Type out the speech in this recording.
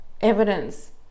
evidence